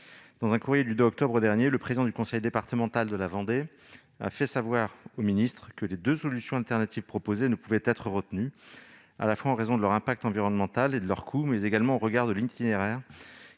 Dans un courrier datant du 2 octobre dernier, le président du conseil départemental de Vendée a fait savoir au ministre que les deux solutions alternatives proposées ne pouvaient être retenues, à la fois en raison de leur impact environnemental et de leur coût, mais également au regard de l'itinéraire,